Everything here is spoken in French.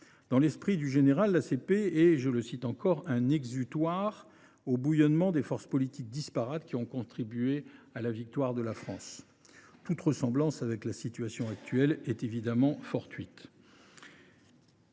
Dans l’esprit du Général, cette dernière est « un exutoire » au « bouillonnement » des forces politiques disparates qui ont contribué à la victoire de la France – toute ressemblance avec la situation actuelle est évidemment fortuite…